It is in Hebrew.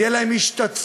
תהיה להם השתתפות